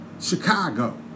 Chicago